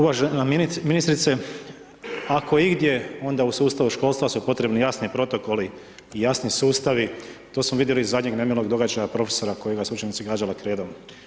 Uvažena ministrice, ako igdje onda u sustav školstva su potrebni jasni protokoli i jasni sustavi to smo vidjeli iz zadnjeg nemilog događaja profesora kojega su učenici gađali kredom.